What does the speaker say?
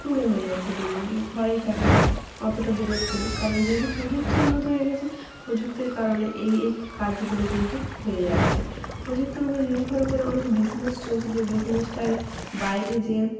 কুঁড়ে হয়ে যাচ্ছে দিন দিন ঘরেই থাকছে অতটা বেরোচ্ছে নি কারণ যেহেতু প্রযুক্তি উন্নত হয়ে গেছে প্রযুক্তির কারণে এই এই কাজগুলো কিন্তু হয়ে যাচ্ছে প্রযুক্তির ওপর নির্ভর করে অনেক বিজনেস চলছে যে বিসনেসটা আগে বাইরে যেয়ে